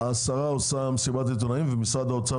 השרה מכנסת מסיבת עיתונאים ומשרד האוצר